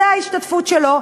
זאת ההשתתפות שלו,